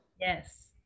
Yes